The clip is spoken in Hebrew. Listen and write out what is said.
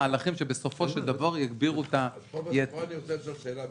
מהלכים שבסופו של דבר יגבירו את -- פה אני רוצה לשאול שאלה,